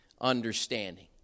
understanding